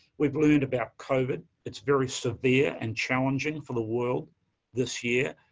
we've learned about covid, it's very severe and challenging for the world this year.